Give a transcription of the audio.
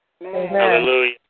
Hallelujah